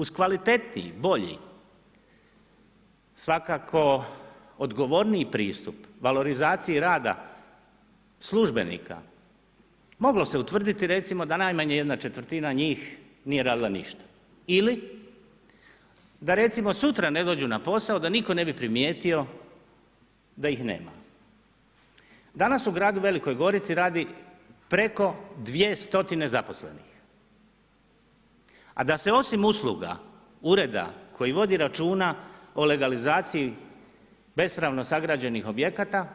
Uz kvalitetniji, bolji, svakako odgovorniji pristup valorizaciji rada službenika, moglo se utvrditi recimo da najmanje jedna četvrtina njih nije radila ništa, ili da recimo sutra ne dođu na posao da nitko ne bi primijetio da ih nema. danas u gradu VG radi preko 200 zaposlenih, a da se osim usluga ureda koji vodi računa o legalizaciji bespravno sagrađenih objekata